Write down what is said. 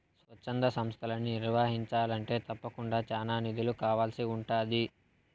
స్వచ్ఛంద సంస్తలని నిర్వహించాలంటే తప్పకుండా చానా నిధులు కావాల్సి ఉంటాది